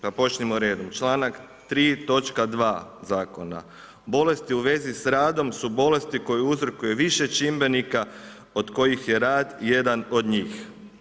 Pa počnimo redom, članak 3. točka 2. zakona, „bolesti u vezi s radom su bolesti koje uzrokuju više čimbenika od kojih je rad jedan od njih“